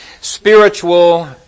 spiritual